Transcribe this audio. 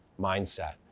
mindset